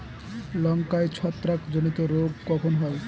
লঙ্কায় ছত্রাক জনিত রোগ কখন হয়?